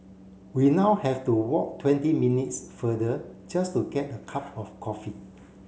we now have to walk twenty minutes further just to get a cup of coffee